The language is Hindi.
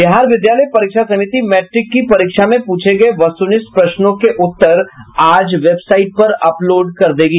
बिहार विद्यालय परीक्षा समिति मैट्रिक की परीक्षा में पूछे गये वस्तुनिष्ठ प्रश्नों के उत्तर आज वेबसाइट पर अपलोड कर देगी